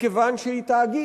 מכיוון שהיא תאגיד,